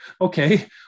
okay